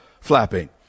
flapping